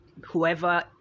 whoever